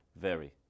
vary